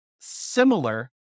similar